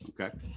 Okay